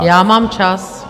Já mám čas.